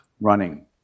running